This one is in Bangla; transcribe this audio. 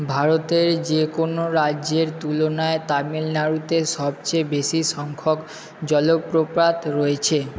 ভারতের যে কোনো রাজ্যের তুলনায় তামিলনাড়ুতে সবচেয়ে বেশি সংখ্যক জলপ্রপাত রয়েছে